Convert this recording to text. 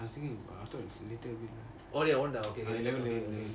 I was thinking இருதவேய் இல்ல:irutavey illa